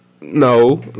No